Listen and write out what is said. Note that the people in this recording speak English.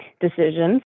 decisions